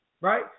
Right